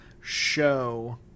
show